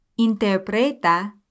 Interpreta